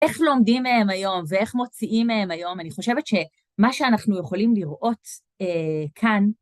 איך לומדים מהם היום, ואיך מוציאים מהם היום, אני חושבת שמה שאנחנו יכולים לראות כאן,